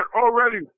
already